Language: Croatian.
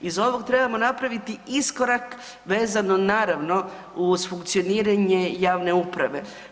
Iz ovog trebamo napraviti iskorak vezano naravno uz funkcioniranje javne uprave.